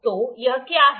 तो यह क्या है